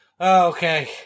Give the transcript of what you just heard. Okay